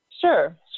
Sure